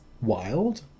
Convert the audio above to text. wild